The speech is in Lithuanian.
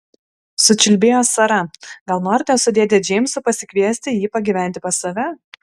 sučiulbėjo sara gal norite su dėde džeimsu pasikviesti jį pagyventi pas save